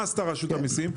מה עשתה רשות המיסים?